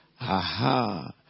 Aha